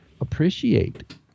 appreciate